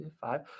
five